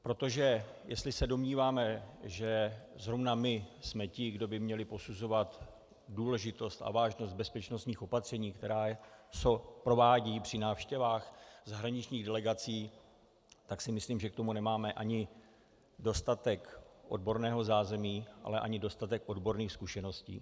Protože jestli se domníváme, že zrovna my jsme ti, kdo by měli posuzovat důležitost a vážnost bezpečnostních opatření, která se provádí při návštěvách zahraničních delegací, tak si myslím, že k tomu nemáme ani dostatek odborného zázemí, ale ani dostatek odborných zkušeností.